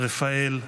רפאל,